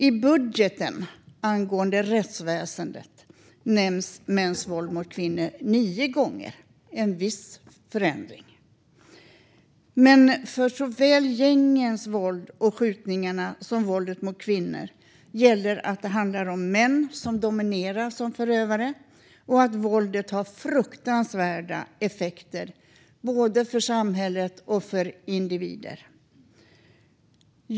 I budgeten för rättsväsendet nämns mäns våld mot kvinnor nio gånger, vilket alltså är en viss förändring. Men för såväl gängens våld och skjutningarna som våldet mot kvinnor gäller att det är män som dominerar som förövare och att våldet har fruktansvärda effekter på både samhälle och individer.